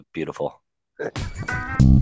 Beautiful